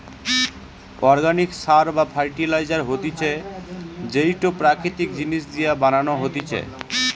organic সার বা fertiliser হতিছে যেইটো প্রাকৃতিক জিনিস দিয়া বানানো হতিছে